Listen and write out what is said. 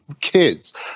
kids